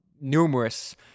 numerous